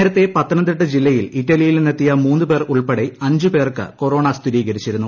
നേരത്തെ പത്തനംതിട്ട ജില്ലയിൽ ഇറ്റലിയിൽ നിന്നെത്തിയ മൂന്ന് പേർ ഉൾപ്പെടെ അഞ്ചുപേർക്ക് കൊറോണ സ്ഥിരീകരിച്ചിരുന്നു